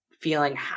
feeling